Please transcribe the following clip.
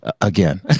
again